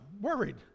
worried